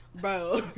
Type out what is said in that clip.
Bro